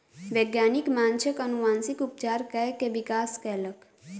वैज्ञानिक माँछक अनुवांशिक उपचार कय के विकास कयलक